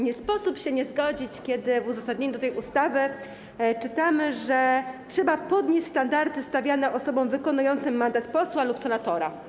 Nie sposób się nie zgodzić, kiedy w uzasadnieniu tej ustawy czytamy, że trzeba podnieść standardy dla osób wykonujących mandat posła lub senatora.